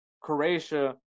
Croatia